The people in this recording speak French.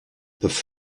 peuvent